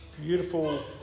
beautiful